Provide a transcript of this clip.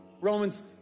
Romans